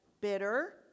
bitter